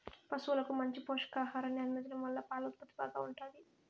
పసువులకు మంచి పోషకాహారాన్ని అందించడం వల్ల పాల ఉత్పత్తి బాగా ఉంటాది